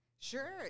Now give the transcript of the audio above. Sure